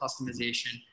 customization